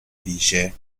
ویژه